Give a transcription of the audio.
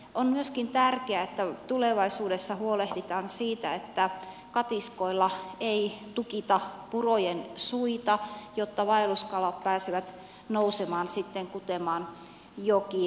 on myöskin tärkeää että tulevaisuudessa huolehditaan siitä että katiskoilla ei tukita purojen suita jotta vaelluskalat pääsevät nousemaan sitten kutemaan jokiin